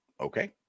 Okay